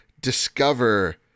Discover